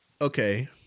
Okay